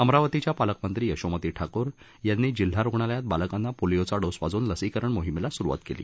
अमरावतीच्या पालकमंत्री यशोमती ठाकूर यांनी जिल्हा रुग्णालयात बालकांना पोलीओचा डोस पाजून लसीकरण मोहीमेला सुरुवात केली